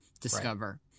discover